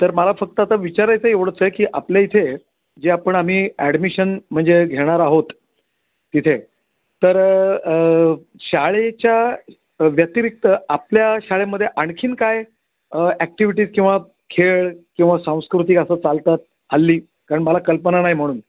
तर मला फक्त आता विचारायचं एवढंच आहे की आपल्या इथे जे आपण आम्ही ॲडमिशन म्हणजे घेणार आहोत तिथे तर शाळेच्या व्यतिरिक्त आपल्या शाळेमध्ये आणखी काय ॲक्टिव्हिटीज किंवा खेळ किंवा सांस्कृतिक असं चालतात हल्ली कारण मला कल्पना नाही म्हणून